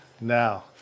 Now